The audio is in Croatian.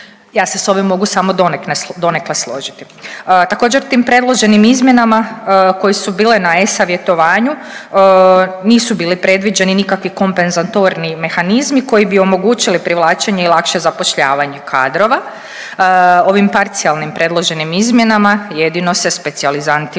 Ja se s ovim mogu samo donekle složiti. Također tim predloženim izmjenama koje su bile na e-savjetovanju, nisu bili predviđeni nikakvi kompenzatorni mehanizmi koji bi omogućili privlačenje i lakše zapošljavanje kadrova. Ovim parcijalnim predloženim izmjenama jedino se specijalizantima